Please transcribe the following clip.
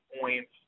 points